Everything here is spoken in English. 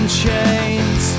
chains